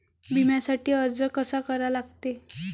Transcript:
बिम्यासाठी अर्ज कसा करा लागते?